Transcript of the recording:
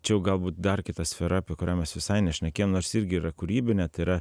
čia jau galbūt dar kita sfera apie kurią mes visai nešnekėjom nors ji irgi yra kūrybinė tai yra